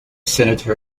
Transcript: senator